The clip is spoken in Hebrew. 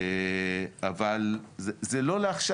אבל זה לא לעכשיו.